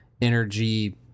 energy